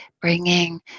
bringing